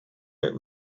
get